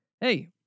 hey